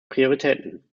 prioritäten